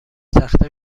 تخته